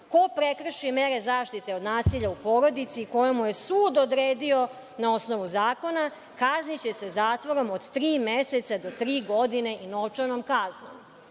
ko prekrši mere zaštite od nasilja u porodici, koju mu je sud odredio na osnovu zakona, kazniće se zatvorom od tri meseca do tri godine i novčanom kaznom. Vi,